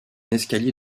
escalier